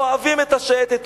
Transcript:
אוהבים את השייטת,